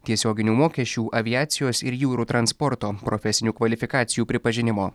tiesioginių mokesčių aviacijos ir jūrų transporto profesinių kvalifikacijų pripažinimo